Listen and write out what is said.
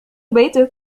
بيتك